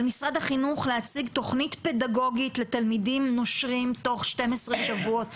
על משרד החינוך להציג תכנית פדגוגית לתלמידים נושרים תוך 12 שבועות.